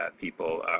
people